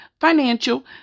financial